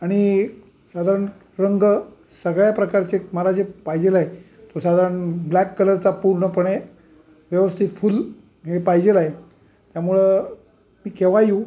आणि साधारण रंग सगळ्या प्रकारचे मला जे पाहिजे आहे तो साधारण ब्लॅक कलरचा पूर्णपणे व्यवस्थित फुल हे पाहिजे आहे त्यामुळं मी केंव्हा येऊ